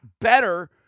better